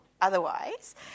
otherwise